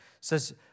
Says